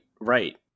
right